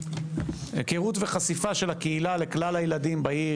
היכרות וחשיפה של הקהילה לכלל הילדים בעיר,